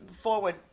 forward